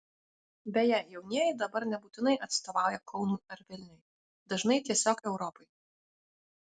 beje jaunieji dabar nebūtinai atstovauja kaunui ar vilniui dažnai tiesiog europai